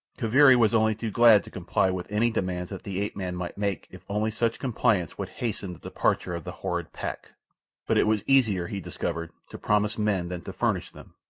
kaviri was only too glad to comply with any demands that the ape-man might make if only such compliance would hasten the departure of the horrid pack but it was easier, he discovered, to promise men than to furnish them,